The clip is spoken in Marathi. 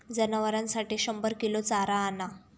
जनावरांसाठी शंभर किलो चारा आणा